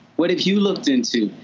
what have you looked into?